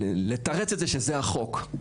ולתרץ את זה שזה החוק.